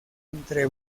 entre